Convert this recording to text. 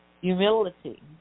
Humility